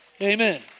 Amen